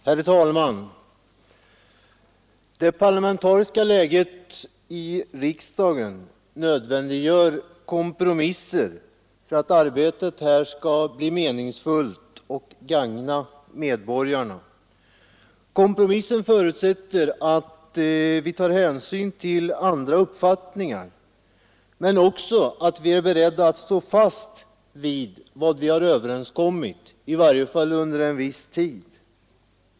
Herr talman! Det parlamentariska läget i riksdagen nödvändiggör kompromisser för att arbetet här skall bli meningsfullt och gagna medborgarna. Kompromisser förutsätter att vi tar hänsyn till andra uppfattningar men också att vi är beredda att stå fast vid vad vi har överenskommit, i varje fall under en viss tid.